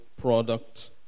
product